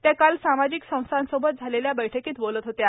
त्या काल सामजिक संस्थासोबत झालेल्या बैठकीत बोलत होत्या